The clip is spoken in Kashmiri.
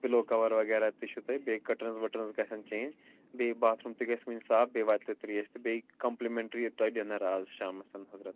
پِلو کوَر وغیرہ تہِ چھُو تۄہہِ بیٚیہِ کٔرٹٕنٕز ؤٹٕنٕز گَژھیٚن چینٛج بیٚیہِ باتھ روٗم تہِ گَژھہِ وُنۍ صاف بیٚیہِ واتہِ تۄہہِ ترٛیش تہٕ بیٚیہِ کمپٕلِمیٚنٛٹرٛی تۄہہِ ڈِنَر آز شامسنَس حضرت